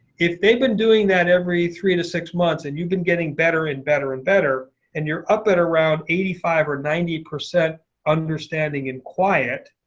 if they've been doing that every three to six months and you've been getting better and better and better and you're up at around eighty five to ninety percent understanding in quiet,